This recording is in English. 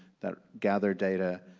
that gather data,